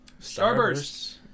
Starburst